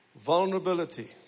Vulnerability